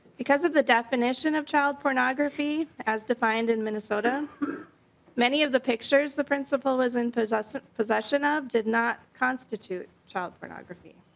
because of the definition of child pornography as defined in minnesota many of the pictures the principal is in possession possession of do not constitute child pornography.